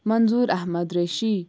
Manzoor Ahmad Reshi